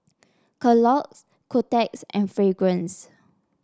Kellogg's Kotex and Fragrance